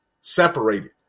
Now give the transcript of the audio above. separated